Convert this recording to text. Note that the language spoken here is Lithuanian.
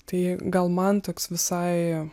tai gal man toks visai